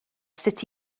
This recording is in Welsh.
sut